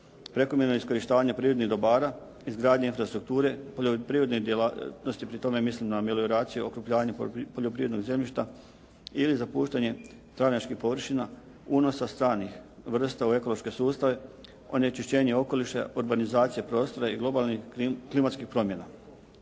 prekomjernog iskorištavanja prirodnih dobara, izgradnje infrastrukture, poljoprivredne djelatnosti. Pri tome mislim na melioraciju, okrupnjavanje poljoprivrednog zemljišta ili zapuštanje travnjačkih površina, unosa stranih vrsta u ekološke sustave, onečišćenje okoliša, urbanizacija prostora i globalnih klimatskih promjena.